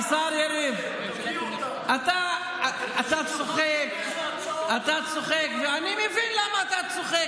השר יריב, אתה צוחק, ואני מבין למה אתה צוחק.